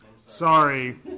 Sorry